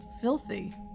Filthy